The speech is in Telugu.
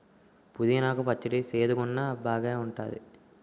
పుదీనా కు పచ్చడి సేదుగున్నా బాగేఉంటాది